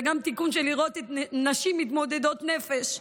וגם תיקון לנשים מתמודדות נפש,